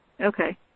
okay